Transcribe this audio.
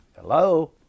Hello